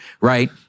right